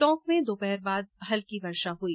टोंक में दोपहर बाद हल्की वर्षा हई